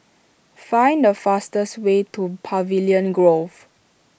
find the fastest way to Pavilion Grove